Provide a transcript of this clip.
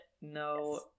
no